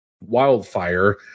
wildfire